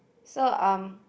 so um